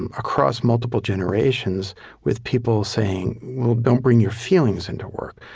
and across multiple generations with people saying, well, don't bring your feelings into work.